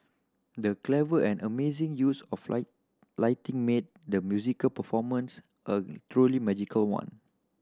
the clever and amazing use of light lighting made the musical performance a truly magical one